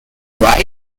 wife